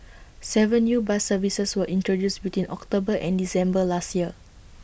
Seven new bus services were introduced between October and December last year